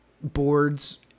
boards